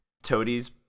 toadies